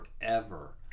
forever